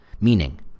meaning